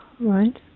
Right